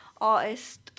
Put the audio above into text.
artist